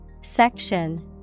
Section